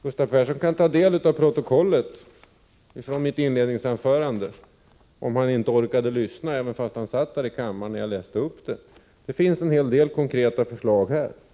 Gustav Persson kan i kammarens protokoll ta del av mitt inledningsanförande, om han inte orkade lyssna, trots att han satt här i kammaren när jag talade. Där finns konkreta förslag.